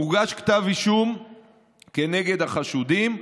מוגש כתב אישום כנגד החשודים,